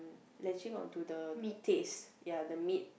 latching onto the taste ya the meat